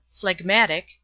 phlegmatic